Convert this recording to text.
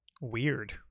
Weird